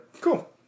Cool